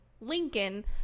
lincoln